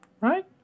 Right